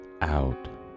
out